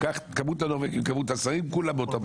אני מסתכל פה בחדר, 50% זה עובדי סיעות.